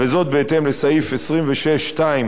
וזאת בהתאם לסעיף 26(2)